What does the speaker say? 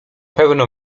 pewno